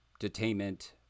detainment